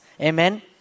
Amen